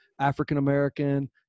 African-American